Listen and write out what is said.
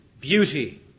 beauty